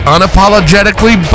Unapologetically